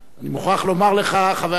בתור אדם שלא רואה טלוויזיה,